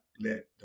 let